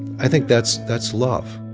i think that's that's love